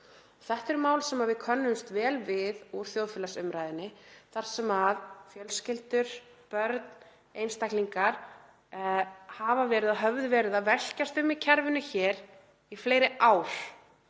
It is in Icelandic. Þetta eru mál sem við könnumst vel við úr þjóðfélagsumræðunni þar sem fjölskyldur, börn, einstaklingar hafa verið og höfðu verið að velkjast um í kerfinu hér í fleiri ár